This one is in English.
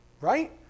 Right